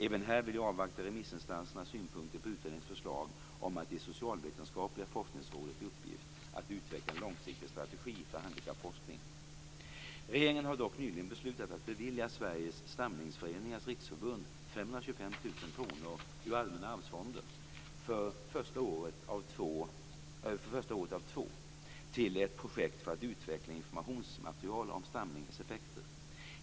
Även här vill jag avvakta remissinstansernas synpunkter på utredningens förslag om att ge Socialvetenskapliga forskningsrådet i uppgift att utveckla en långsiktig strategi för handikappforskningen. Regeringen har dock nyligen beslutat att bevilja 525 000 kr ur Allmänna arvsfonden för första året av två till ett projekt för att utveckla informationsmaterial om stamningens effekter.